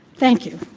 thank you,